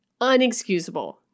Unexcusable